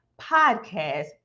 podcast